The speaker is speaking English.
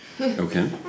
Okay